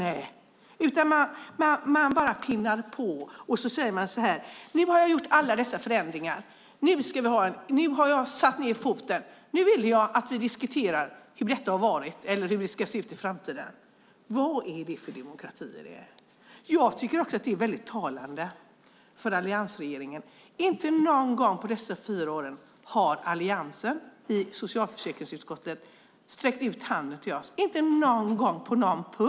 I stället pinnar man bara på och säger så här: Nu har jag gjort alla dessa förändringar. Nu har jag satt ned foten. Nu vill jag att vi diskuterar hur detta har varit eller hur det ska se ut i framtiden. Vad är det för demokrati? Jag tycker också att det är väldigt talande för alliansregeringen. Inte någon gång på dessa fyra år har Alliansen sträckt ut handen till oss i socialförsäkringsutskottet.